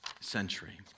century